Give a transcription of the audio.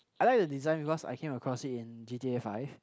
I like the design because I came across it in g_t_a five